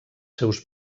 seus